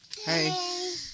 Hey